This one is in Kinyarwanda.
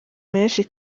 menshi